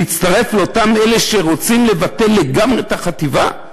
להצטרף לאותם אלה שרוצים לבטל לגמרי את החטיבה?